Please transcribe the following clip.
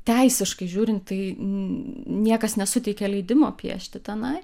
teisiškai žiūrint tai niekas nesuteikia leidimo piešti tenai